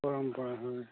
পৰম্পৰা হয়